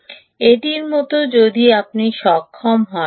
যদি আপনি এটির মতো সক্ষম হন